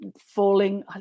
falling